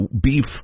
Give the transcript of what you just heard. beef